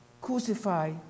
crucify